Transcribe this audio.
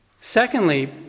Secondly